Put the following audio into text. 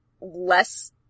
less